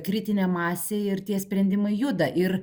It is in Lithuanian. kritinė masė ir tie sprendimai juda ir